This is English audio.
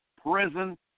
prison